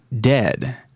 dead